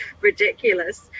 ridiculous